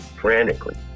frantically